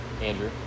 Andrew